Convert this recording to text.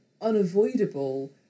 unavoidable